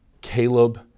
Caleb